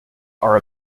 are